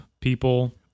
people